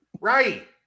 Right